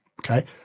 okay